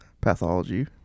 Pathology